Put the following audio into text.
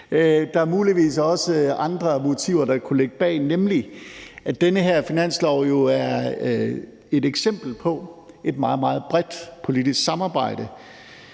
Der er muligvis også andre motiver, der kunne ligge bag, nemlig at den her finanslov jo er et eksempel på et meget, meget bredt politisk samarbejde.